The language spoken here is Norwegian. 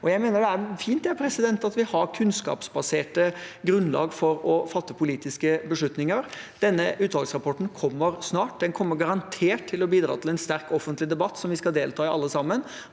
Jeg mener det er fint at vi har kunnskapsbaserte grunnlag for å fatte politiske beslutninger. Denne utvalgsrapporten kommer snart. Den kommer garantert til å bidra til en sterk offentlig debatt vi skal delta i alle sammen,